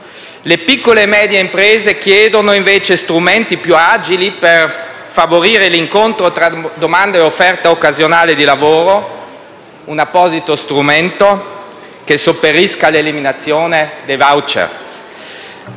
Le piccole e medie imprese chiedono invece strumenti più agili per favorire l'incontro tra domanda e offerta occasionale di lavoro, un apposito strumento che sopperisca l'eliminazione dei *voucher*.